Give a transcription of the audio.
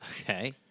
Okay